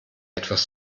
etwas